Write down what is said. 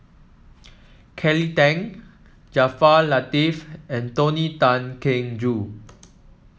Kelly Tang Jaafar Latiff and Tony Tan Keng Joo